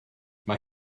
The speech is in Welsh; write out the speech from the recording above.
mae